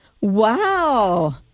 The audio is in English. Wow